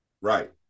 Right